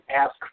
ask